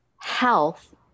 health